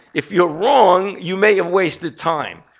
if you're wrong, you may have wasted time.